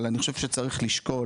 אבל אני חושב שצריך לשקול,